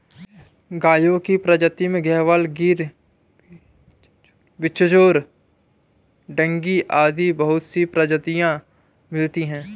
गायों की प्रजाति में गयवाल, गिर, बिच्चौर, डांगी आदि बहुत सी प्रजातियां मिलती है